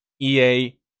EA